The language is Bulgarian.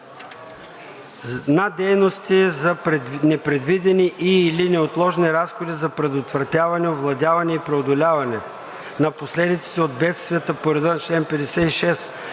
на дейности за непредвидени и/или неотложни разходи за предотвратяване, овладяване и преодоляване на последиците от бедствия по реда на чл. 56